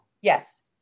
Yes